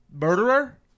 murderer